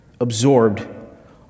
absorbed